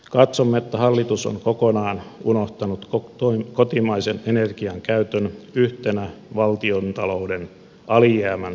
katsomme että hallitus on kokonaan unohtanut kotimaisen energian käytön yhtenä valtiontalouden alijäämän tasapainotuskeinona